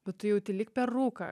bet tu jauti lyg per rūką